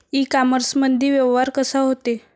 इ कामर्समंदी व्यवहार कसा होते?